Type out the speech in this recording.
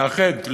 לאחד,